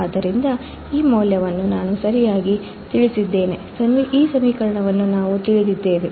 ಆದ್ದರಿಂದ ಈ ಮೌಲ್ಯವನ್ನು ನಾವು ಸರಿಯಾಗಿ ತಿಳಿದಿದ್ದೇವೆ ಈ ಸಮೀಕರಣವನ್ನು ನಾವು ತಿಳಿದಿದ್ದೇವೆ